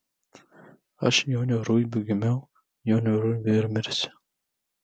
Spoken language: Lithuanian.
aš joniu ruibiu gimiau joniu ruibiu ir mirsiu